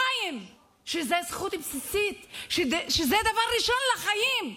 מים, שזאת זכות בסיסית, שזה דבר ראשון לחיים.